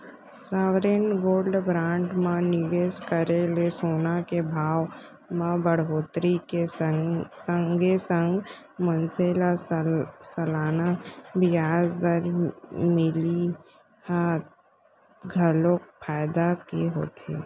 sovereign gold bond म निवेस करे ले सोना के भाव म बड़होत्तरी के संगे संग मनसे ल सलाना बियाज दर मिलई ह घलोक फायदा के होथे